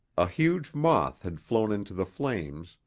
a huge moth had flown into the flames,